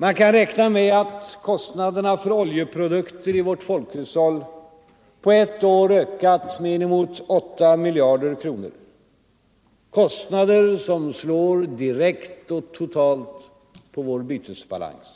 Man kan räkna med att kostnaderna för oljeprodukter i vårt folkhushåll på ett år ökat med inemot 8 miljarder kronor, kostnader som slår direkt och totalt på vår bytesbalans.